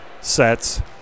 sets